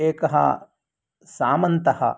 एकः सामन्तः